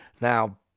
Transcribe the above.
Now